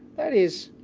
that is.